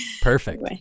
perfect